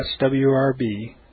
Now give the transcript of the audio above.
swrb